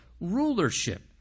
rulership